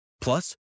Plus